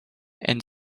and